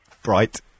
Bright